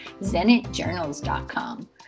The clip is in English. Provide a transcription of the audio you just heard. zenitjournals.com